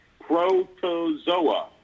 protozoa